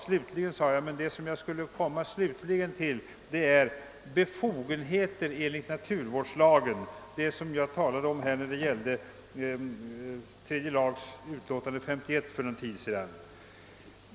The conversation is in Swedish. Slutligen skulle jag vilja ta upp frågan om kommunens befogenheter enligt naturvårdslagen, som jag talade om i samband med behandlingen av tredje lagutskottets utlåtande nr 51 för en tid sedan.